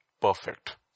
perfect